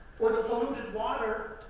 or the water,